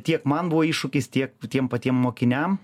tiek man buvo iššūkis tiek patiem patiem mokiniam